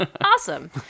Awesome